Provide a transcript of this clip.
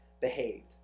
behaved